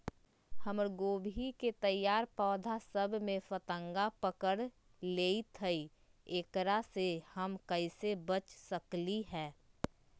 हमर गोभी के तैयार पौधा सब में फतंगा पकड़ लेई थई एकरा से हम कईसे बच सकली है?